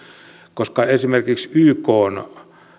koska esimerkiksi ykn